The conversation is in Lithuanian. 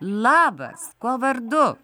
labas kuo vardu